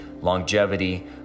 longevity